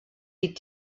die